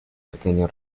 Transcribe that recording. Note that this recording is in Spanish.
pequeño